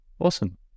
awesome